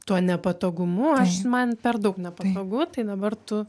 tuo nepatogumu aš man per daug nepatogu tai dabar tu